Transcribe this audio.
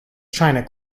china